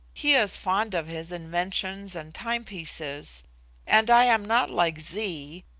he is fond of his inventions and timepieces and i am not like zee,